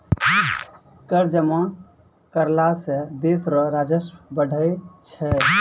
कर जमा करला सं देस रो राजस्व बढ़ै छै